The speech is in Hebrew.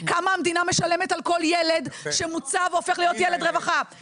על כל ילד שמוצא והופך להיות ילד רווחה,